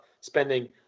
spending